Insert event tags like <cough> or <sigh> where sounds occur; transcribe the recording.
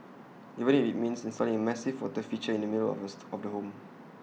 even if IT means installing A massive water feature in the middle of the <unintelligible> of the home